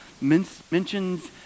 mentions